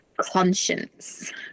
Conscience